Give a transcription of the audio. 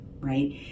right